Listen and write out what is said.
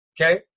Okay